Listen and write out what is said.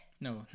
No